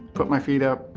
put my feet up.